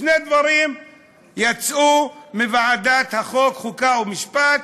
שני דברים יצאו מוועדת החוקה, חוק ומשפט,